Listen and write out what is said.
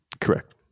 Correct